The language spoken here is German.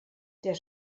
der